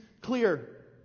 clear